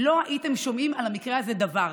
לא הייתם שומעים על המקרה הזה דבר.